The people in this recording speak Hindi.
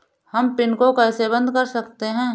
हम पिन को कैसे बंद कर सकते हैं?